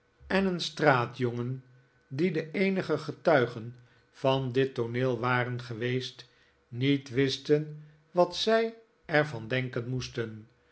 en een straatjongen die de eenige getuigen van dit tooneel waren geweest niet wisten wat zij er van denken moesten